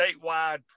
statewide